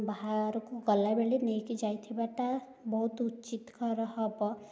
ବାହାରକୁ ଗଲାବେଳେ ନେଇକି ଯାଇଥିବାଟା ବହୁତ ଉଚିତକର ହେବ